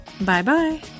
Bye-bye